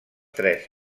tres